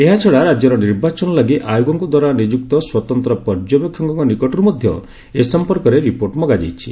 ଏହାଛଡା ରାଜ୍ୟର ନିର୍ବାଚନ ଲାଗି ଆୟୋଗଙ୍କ ଦ୍ୱାରା ନିଯୁକ୍ତି ସ୍ୱତନ୍ତ୍ର ପର୍ଯ୍ୟବେକ୍ଷକଙ୍କ ନିକଟରୁ ମଧ୍ୟ ଏ ସମ୍ପର୍କରେ ରିପୋର୍ଟ ମଗାଯାଇଛି